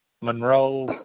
Monroe